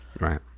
right